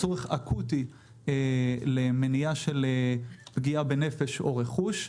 צורך אקוטי למניעת פגיעה בנפש או רכוש.